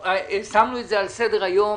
שמנו את זה על סדר היום